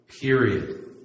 Period